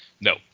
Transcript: No